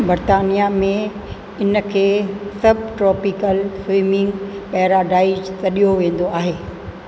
बर्तानिया में इन खे सबट्रोपीकल स्विमिंग पैराडाइज सॾियो वेंदो आहे